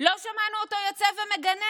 לא שמענו אותו יוצא ומגנה.